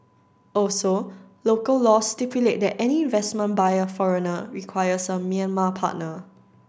also local laws stipulate that any investment by a foreigner requires a Myanmar partner